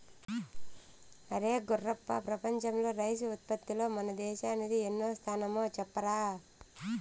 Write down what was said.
అరే గుర్రప్ప ప్రపంచంలో రైసు ఉత్పత్తిలో మన దేశానిది ఎన్నో స్థానమో చెప్పరా